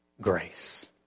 grace